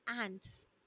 ants